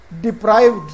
deprived